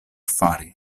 fari